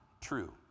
true